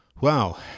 Wow